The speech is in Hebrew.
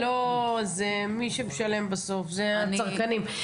מי שמשלם בסוף זה הצרכנים.